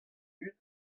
dud